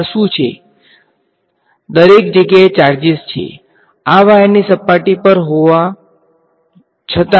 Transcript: દરેક જગ્યાએ ચાર્જિસ છે આ વાયરની સપાટી પર હોવા છતાં